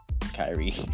Kyrie